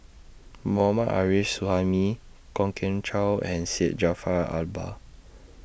Mohammad Arif Suhaimi Kwok Kian Chow and Syed Jaafar Albar